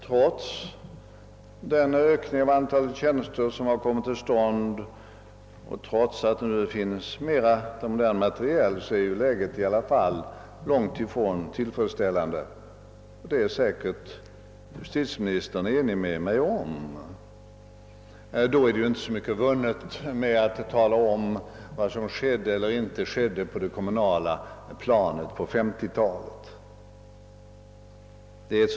Trots den utökning av antalet tjänster som kommit till stånd och trots att det nu finns mera av modern materiel är läget långt ifrån tillfredsställande, och det är justitieministern säkerligen överens med mig om. Då är det ju inte heller så mycket vunnet med att tala om vad som skett eller inte skett på det kommunala planet under 1950-talet.